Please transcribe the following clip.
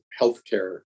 healthcare